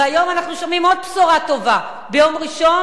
והיום אנחנו שומעים עוד בשורה טובה: ביום ראשון